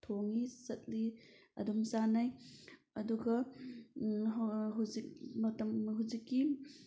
ꯊꯣꯡꯉꯤ ꯆꯠꯂꯤ ꯑꯗꯨꯝ ꯆꯥꯟꯅꯩ ꯑꯗꯨꯒ ꯍꯧꯖꯤꯛ ꯃꯇꯝ ꯍꯧꯖꯤꯛꯀꯤ